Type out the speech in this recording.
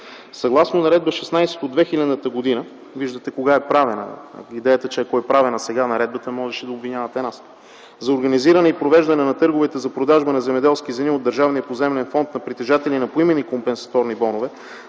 Съгласно Наредба № 16 от 2000 г. - виждате кога е правена (ако е правена сега наредбата, можехте да обвинявате нас), за организиране и провеждане на търговете за продажба на земеделски земи от държавния поземлен фонд на притежатели на поименни компенсаторни бонове